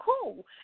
cool